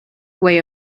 way